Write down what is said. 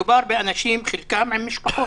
מדובר באנשים, חלקם עם משפחות.